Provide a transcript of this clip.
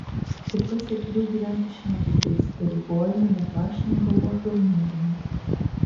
kur kas erdviau gyventi šiapus be įsipareigojimų nekvaršinant galvos dėl nuodėmės